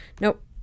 Nope